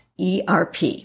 ERP